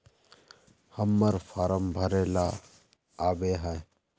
हम्मर फारम भरे ला न आबेहय?